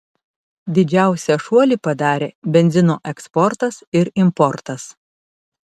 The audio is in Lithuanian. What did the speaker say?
didžiausią šuolį padarė benzino eksportas ir importas